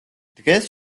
დღეს